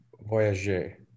voyager